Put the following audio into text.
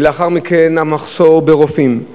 ולאחר מכן, המחסור ברופאים.